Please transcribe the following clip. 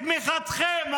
בתמיכתכם,